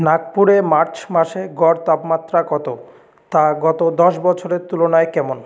নাগপুরে March মাসে গড় তাপমাত্রা কতো তা গত দশ বছরের তুলনায় কেমন